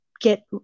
get